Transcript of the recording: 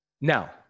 Now